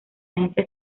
agencia